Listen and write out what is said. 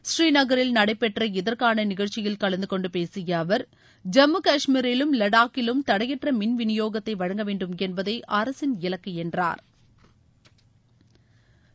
ஸ்ரீநகரில் நடைபெற்ற இதற்கான நிகழ்ச்சியில் கலந்தகொண்டு பேசிய அவர் ஜம்மு காஷ்மீரிலும் லடாக்கிலும் தடையற்ற மின்விநியோகத்தை வழங்க வேண்டும் என்பதே அரசின் இலக்கு என்றாா்